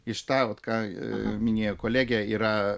iš tą vat ką minėjo kolegė yra